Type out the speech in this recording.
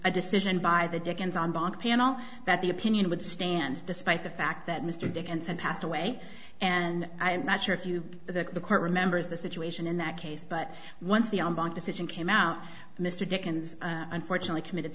a decision by the dickens on bank panel that the opinion would stand despite the fact that mr dickinson passed away and i am not sure if you that the court remembers the situation in that case but once the on bank decision came out mr dickens unfortunately committed